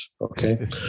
okay